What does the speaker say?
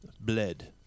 bled